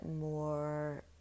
more